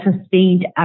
sustained